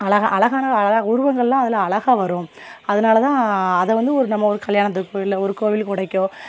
அழகா அழகான அழகா உருவங்கள்லாம் அதில் அழகா வரும் அதனால் தான் அதை வந்து ஒரு நம்ம ஒரு கல்யாணத்துக்கு போகலோ ஒரு கோவில் கோடைக்கோ